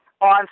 on